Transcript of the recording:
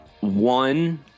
one